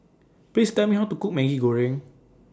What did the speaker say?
Please Tell Me How to Cook Maggi Goreng